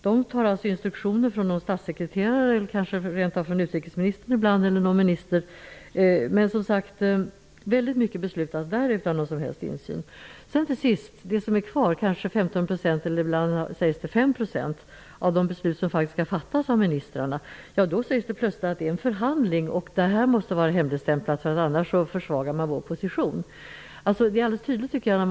Coreper får instruktioner från exempelvis någon statssekreterare och mycket beslutas där utan någon som helst insyn. När det gäller de 15 % beslut som blir kvar av alla de beslut som skall fattas av ministrarna -- ibland sägs det t.o.m. 5 %-- säger man att det rör sig om förhandlingar. Dessa förhandlingar måste alltså vara hemligstämplade annars försvagas Sveriges position.